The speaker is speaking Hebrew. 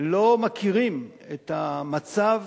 לא מכירים את המצב